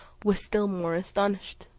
was still more astonished.